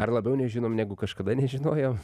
ar labiau nežinom negu kažkada nežinojom